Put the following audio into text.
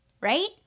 right